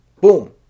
Boom